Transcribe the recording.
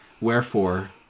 Wherefore